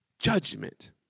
judgment